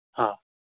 हा